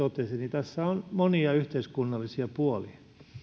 tässä on monia yhteiskunnallisia puolia